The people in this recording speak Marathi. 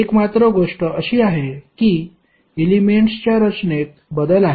एकमात्र गोष्ट अशी आहे की एलेमेंट्सच्या रचनेत बदल आहे